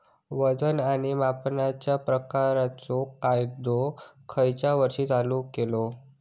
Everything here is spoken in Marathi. वजन आणि मापांच्या प्रमाणाचो कायदो खयच्या वर्षी चालू केलो?